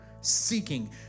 seeking